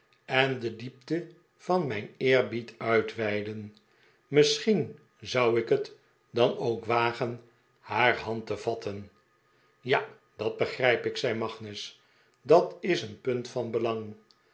en de diepte van mijn eerbied uitweiden misschien zou ik het dan ook wagen haar hand te vatten ja dat begrijp ik zei magnus dat is een punt van belang